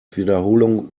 wiederholung